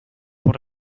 por